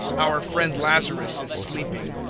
our friend lazarus is sleeping,